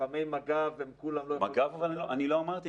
לוחמי מג"ב הם כולם --- מג"ב אני לא אמרתי,